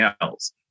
else